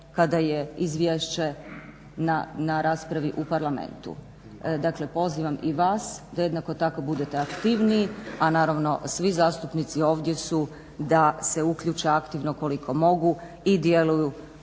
kada je Izviješće na raspravi u Parlamentu. Dakle, pozivam i vas da jednako tako budete aktivniji, a naravno svi zastupnici ovdje su da se uključe aktivno koliko mogu i djeluju